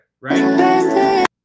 right